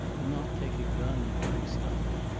and not take a gun and try to stop it.